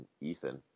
Ethan